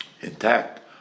intact